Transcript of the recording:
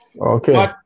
Okay